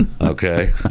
okay